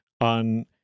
on